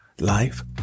life